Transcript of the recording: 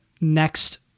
next